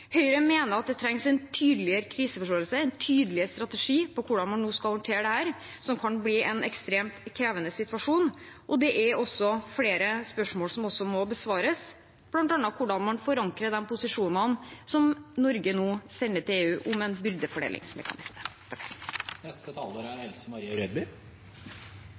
Høyre mener at det trengs en tydeligere kriseforståelse og en tydeligere strategi for hvordan man skal håndtere dette. Det kan bli en ekstremt krevende situasjon, og det er flere spørsmål som må besvares, bl.a. hvordan man forankrer våre posisjoner og signalene som Norge nå sender til EU om en byrdefordelingsmekanisme. Jeg vil også takke justisministeren for den veldig gode redegjørelsen. Det er